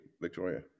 Victoria